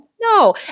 No